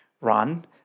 run